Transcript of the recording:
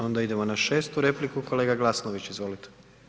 Onda idemo na 6.-tu repliku, kolega Glasnović izvolite.